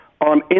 on